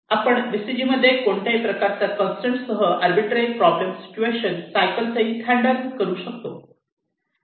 आपण व्हीसीजीमध्ये कोणत्याही प्रकारच्या कंसट्रेन सह अरबीट्रे प्रॉब्लेम सिच्युएशन सायकल सहित हँडल करू शकतो